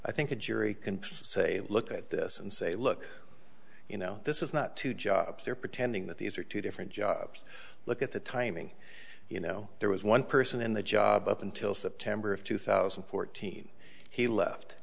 i think a jury can say look at this and say look you know this is not two jobs they're pretending that these are two different jobs look at the timing you know there was one person in the job up until september of two thousand and fourteen he left